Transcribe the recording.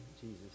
Jesus